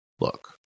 look